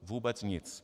Vůbec nic.